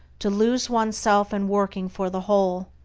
to lose oneself in working for the whole.